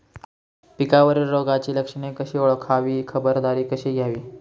पिकावरील रोगाची लक्षणे कशी ओळखावी, खबरदारी कशी घ्यावी?